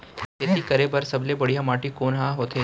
खेती करे बर सबले बढ़िया माटी कोन हा होथे?